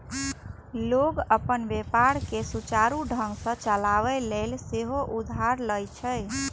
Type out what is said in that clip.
लोग अपन व्यापार कें सुचारू ढंग सं चलाबै लेल सेहो उधार लए छै